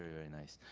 yeah very nice.